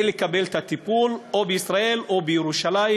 לקבל את הטיפול או בישראל או בירושלים,